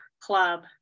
club